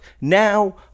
now